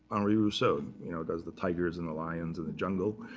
henri rousseau you know does the tigers and the lions in the jungle.